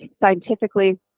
scientifically